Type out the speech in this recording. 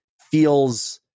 feels